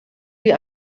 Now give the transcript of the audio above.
die